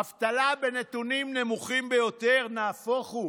אבטלה בנתונים נמוכים ביותר, נהפוך הוא: